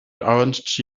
orange